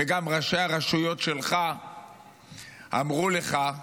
וגם ראשי הרשויות שלך אמרו לך: